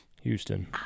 Houston